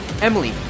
Emily